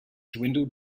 dwindled